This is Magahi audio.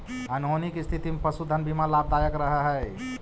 अनहोनी के स्थिति में पशुधन बीमा लाभदायक रह हई